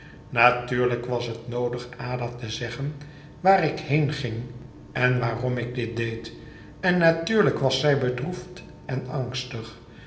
natuurlijk was het noodig ada te zeggen waar ik heen ging en waarom ik dit deed en natuurlijk was zij bedroefd en angstig